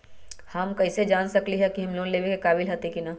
हम कईसे जान सकली ह कि हम लोन लेवे के काबिल हती कि न?